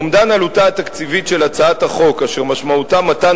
אומדן עלותה התקציבית של הצעת החוק אשר משמעותה מתן